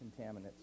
contaminants